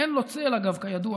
אין לו צל, אגב, כידוע,